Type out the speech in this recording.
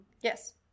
yes